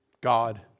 God